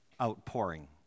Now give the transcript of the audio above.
outpouring